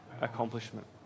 accomplishment